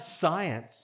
science